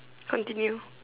continue